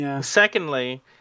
secondly